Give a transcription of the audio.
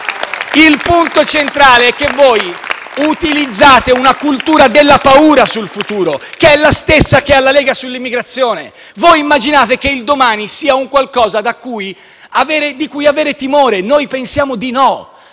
Il punto centrale è che voi utilizzate una cultura della paura sul futuro, che è la stessa che ha la Lega sull'immigrazione. Voi immaginate che il domani sia un qualcosa di cui avere timore; noi pensiamo di no.